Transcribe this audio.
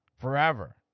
Forever